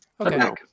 Okay